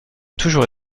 toujours